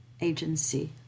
agency